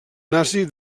nazi